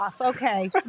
okay